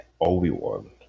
Obi-Wan